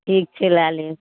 ठीक छै लए लेब